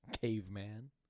caveman